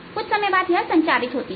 कुछ समय बाद यह संचारित होती है